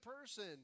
person